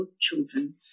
children